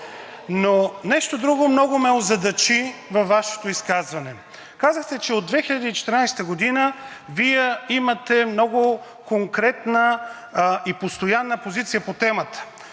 Нещо друго много ме озадачи във Вашето изказване. Казахте, че от 2014 г. Вие имате много конкретна и постоянна позиция по темата.